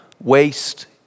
Waste